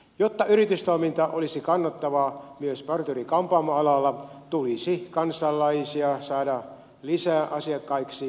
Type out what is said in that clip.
jotta yritystoiminta olisi kannattavaa myös parturi kampaamoalalla tulisi kansalaisia saada lisää asiakkaiksi jolloin työllisyys parantuisi